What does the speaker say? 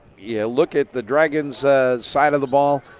yeah, look at the dragon's side of the ball.